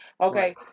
Okay